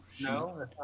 No